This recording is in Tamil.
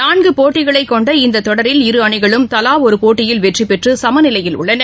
நான்கு போட்டிகளைக் கொண்ட இந்த தொடரில் இருஅணிகளும் தலா ஒரு போட்டியில் வெற்றிபெற்று சமநிலையில் உள்ளன